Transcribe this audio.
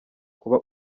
kuba